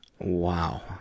Wow